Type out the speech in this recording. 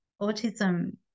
autism